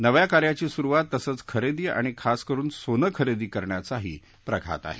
नव्या कार्याची सुरुवात तसंच खरेदी आणि खास करुन सोनं खरेदी करण्याचाही प्रघात आहे